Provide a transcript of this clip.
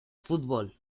fútbol